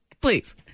Please